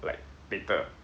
like later